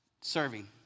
serving